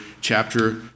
chapter